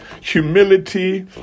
humility